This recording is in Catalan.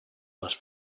les